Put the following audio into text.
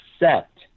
accept